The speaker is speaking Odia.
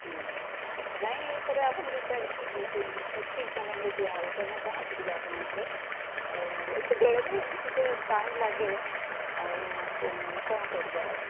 ହୁଁ ନାହିଁ ଏଇଥର ଆପଣ ଠିକ୍ ସମୟ ନେଇ ଦିଆହବ କାହିଁକିନା ପହଞ୍ଚିଯିବ ଆପଣଙ୍କ ଘରେ ଆଉ ଏମିତି ବେଳେବେଳେ ଏମିତି ଟିକେ ଟାଇମ୍ ଲାଗେ ଆଉ କ'ଣ କରିବା ଆଉ କରିବା ଆଉ